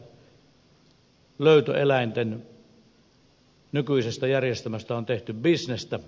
löytöeläinten nykyisestä järjestelmästä on tehty bisnestä